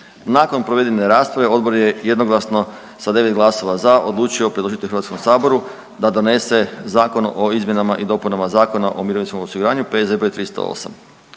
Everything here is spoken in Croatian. Nakon provedene rasprave odbor je jednoglasno sa 9 glasova za odlučio predložiti Hrvatskom saboru da donese Zakon o izmjenama i dopunama Zakona o mirovinskom osiguranju P.Z.